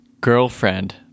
girlfriend